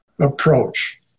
approach